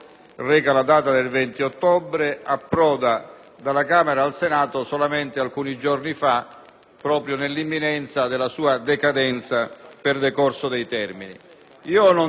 proprio nell'imminenza della sua decadenza per decorso dei termini. Non so fino a quando le Commissioni e l'Aula del Senato riusciranno a reggere